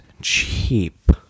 cheap